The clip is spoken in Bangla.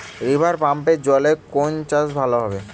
রিভারপাম্পের জলে কোন চাষ ভালো হবে?